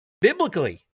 biblically